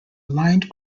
lined